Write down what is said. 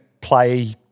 play